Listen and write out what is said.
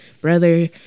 brother